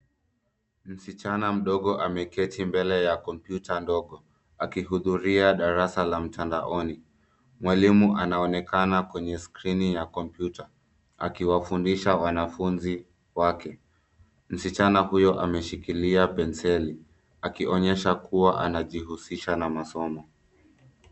Msichana mdogo amaeketi mbele ya kompyuta ndogo akihudhuria darasa la mtandaoni. Mwalimu anaonekana kwenye skrini ya kompyuta akiwafundisha wanafunzi wake. Msichana huyo ameshikilia penseli akionyesha kuwa anajihusisha na masomo.